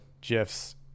GIFs